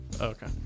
Okay